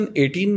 2018